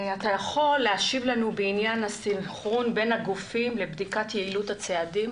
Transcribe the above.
אתה יכול להשיב לנו בעניין הסינכרון בין הגופים לבדיקת יעילות הצעדים?